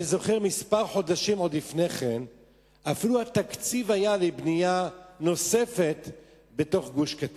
כמה חודשים קודם לכן אני זוכר שאפילו היה תקציב לבנייה נוספת בגוש-קטיף,